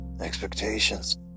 expectations